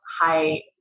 high